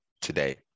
today